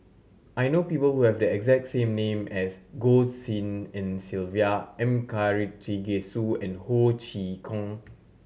I know people who have the exact name as Goh Tshin En Sylvia M Karthigesu and Ho Chee Kong